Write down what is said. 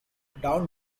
down